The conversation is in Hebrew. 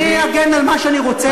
אני אגן על מה שאני רוצה.